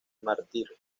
mártir